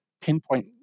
pinpoint